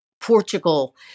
Portugal